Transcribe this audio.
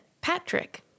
Patrick